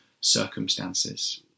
circumstances